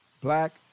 black